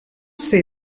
ser